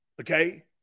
Okay